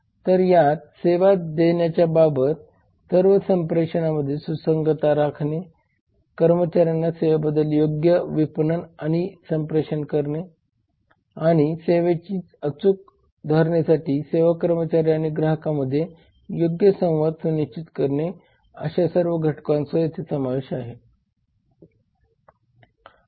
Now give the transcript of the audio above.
तर यात सेवा देण्याबाबतच्या सर्व संप्रेषणांमध्ये सुसंगतता राखणे कर्मचाऱ्यांना सेवेबद्दल योग्य विपणन आणि संप्रेषण करणे आणि सेवेची अचूक धारणेसाठी सेवा कर्मचारी आणि ग्राहकांमध्ये योग्य संवाद सुनिश्चित करणे अशा सर्व घटकांचा समावेश करणे गरजेचे आहे